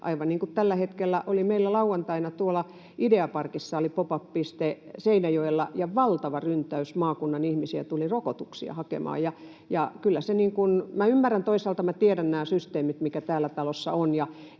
aivan niin kuin meillä lauantaina tuolla Ideaparkissa Seinäjoella oli pop-up-piste ja valtava ryntäys maakunnan ihmisiä tuli rokotuksia hakemaan. Minä ymmärrän toisaalta, minä tiedän nämä systeemit, mitkä täällä talossa on,